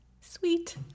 Sweet